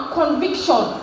conviction